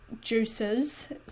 juices